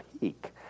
peak